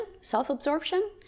self-absorption